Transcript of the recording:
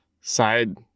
side